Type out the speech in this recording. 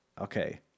okay